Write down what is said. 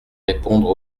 répondre